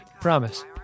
Promise